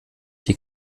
die